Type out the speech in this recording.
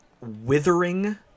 withering